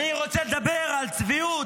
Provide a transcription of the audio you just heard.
אני רוצה לדבר על צביעות.